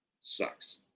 Sucks